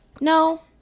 No